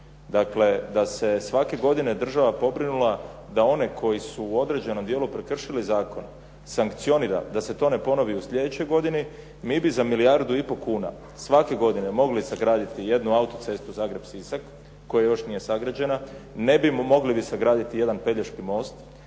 Dakle, da se svake godine država pobrinula da one koji su u određenom dijelu prekršili zakon, sankcionira, da se to ne ponovi u sljedećoj godini. Mi bi za milijardu i pol kuna, svake godine mogli sagraditi jednu auto cestu Zagreb-Sisak koja još nije sagrađena, ne bi ni mogli sagraditi jedan Pelješki most